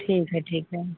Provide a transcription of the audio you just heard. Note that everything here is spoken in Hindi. ठीक है ठीक है